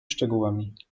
szczegółami